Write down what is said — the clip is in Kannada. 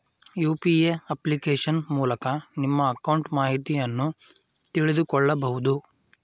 ಯು.ಪಿ.ಎ ಅಪ್ಲಿಕೇಶನ್ ಮೂಲಕ ನಿಮ್ಮ ಅಕೌಂಟ್ ಮಾಹಿತಿಯನ್ನು ತಿಳಿದುಕೊಳ್ಳಬಹುದು